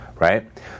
Right